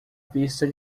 vista